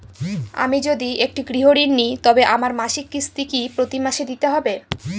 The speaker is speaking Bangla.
আমি যদি একটি গৃহঋণ নিই তবে আমার মাসিক কিস্তি কি প্রতি মাসে দিতে হবে?